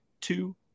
two